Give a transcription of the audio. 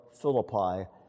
Philippi